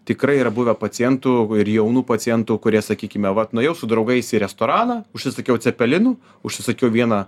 tikrai yra buvę pacientų ir jaunų pacientų kurie sakykime vat nuėjau su draugais į restoraną užsisakiau cepelinų užsisakiau vieną